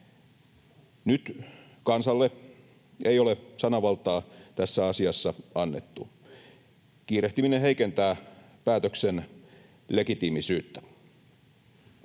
Nyt kansalle ei ole sananvaltaa tässä asiassa annettu. Kiirehtiminen heikentää päätöksen legitiimisyyttä.